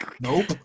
nope